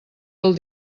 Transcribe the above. del